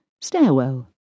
stairwell